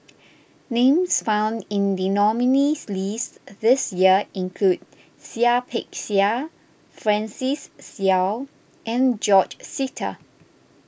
names found in the nominees' list this year include Seah Peck Seah Francis Seow and George Sita